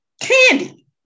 Candy